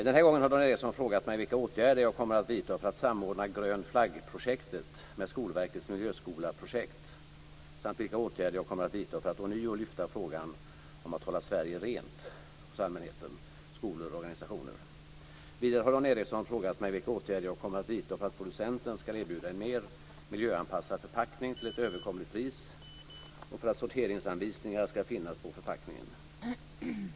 Den här gången har Dan Ericsson frågat mig vilka åtgärder jag kommer att vidta för att samordna Grön Flagg-projektet med Skolverkets Miljöskolaprojekt samt vilka åtgärder jag kommer att vidta för att ånyo lyfta frågan om att hålla Sverige rent hos allmänheten, skolor och organisationer. Vidare har Dan Ericsson frågat mig vilka åtgärder jag kommer att vidta för att producenten ska erbjuda en mer miljöanpassad förpackning till ett överkomligt pris och för att sorteringsanvisningar ska finnas på förpackningar.